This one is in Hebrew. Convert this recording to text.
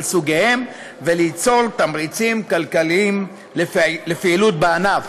סוגיהם וליצור תמריצים כלכליים לפעילות בענף.